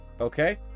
Okay